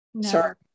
Sorry